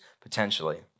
potentially